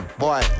boy